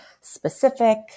specific